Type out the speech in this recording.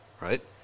Right